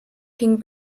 hing